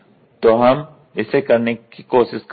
तो हम इसे करने की कोशिश करते हैं